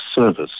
service